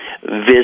visit